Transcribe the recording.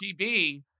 TB